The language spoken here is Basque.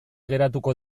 geratuko